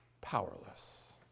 powerless